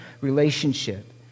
relationship